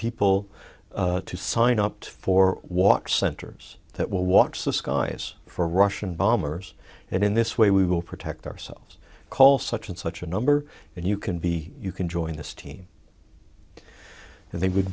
people to sign up for what centers that will watch the skies for russian bombers and in this way we will protect ourselves call such and such a number and you can be you can join this team and they would